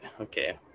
Okay